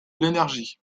l’énergie